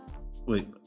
wait